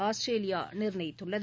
Australia நிர்ணயித்துள்ளது